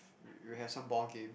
we we will have some ball games